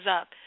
up